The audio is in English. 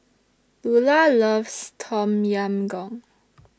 Lulah loves Tom Yam Goong